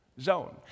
zone